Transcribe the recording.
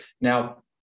Now